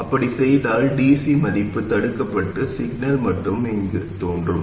அப்படிச் செய்தால் dc மதிப்பு தடுக்கப்பட்டு சிக்னல் மட்டும் இங்கு தோன்றும்